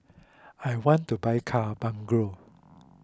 I want to buy car bungalow